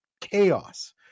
chaos